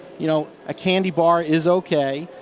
you know a candy bar is okay.